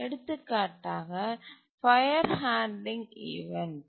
எடுத்துக்காட்டாக fire handling event